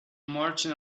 merchant